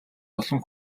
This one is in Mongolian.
олон